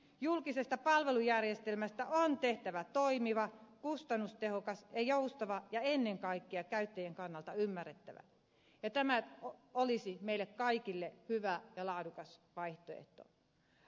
julkisesta palvelujärjestelmästä on tehtävä toimiva kustannustehokas ja joustava ja ennen kaikkea käyttäjien kannalta ymmärrettävä ja tämä olisi meille kaikille hyvä ja laadukas vaihtoehto